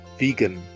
vegan